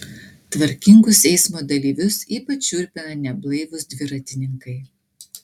tvarkingus eismo dalyvius ypač šiurpina neblaivūs dviratininkai